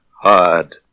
hard